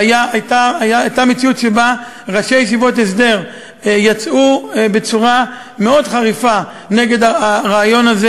והייתה מציאות שראשי ישיבות הסדר יצאו בצורה מאוד חריפה נגד הרעיון הזה